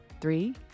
Three